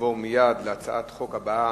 בעד, 8,